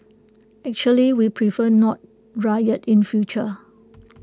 actually we prefer no riot in future